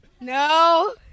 No